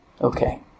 Okay